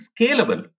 scalable